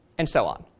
and so on,